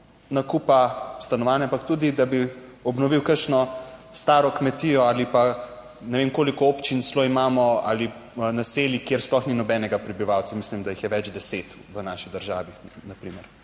nakupa stanovanj, ampak tudi, da bi obnovil kakšno staro kmetijo ali pa ne vem koliko občin celo imamo, ali naselij, kjer sploh ni nobenega prebivalca, mislim, da jih je več deset v naši državi, na primer,